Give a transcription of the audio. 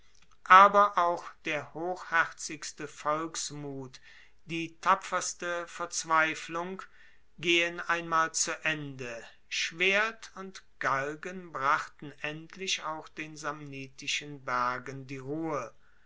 aber auch der hochherzigste volksmut die tapferste verzweiflung gehen einmal zu ende schwert und galgen brachten endlich auch den samnitischen bergen die ruhe